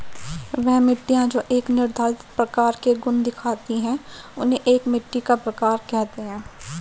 वह मिट्टियाँ जो एक निर्धारित प्रकार के गुण दिखाती है उन्हें एक मिट्टी का प्रकार कहते हैं